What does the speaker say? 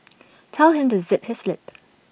tell him to zip his lip